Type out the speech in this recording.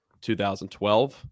2012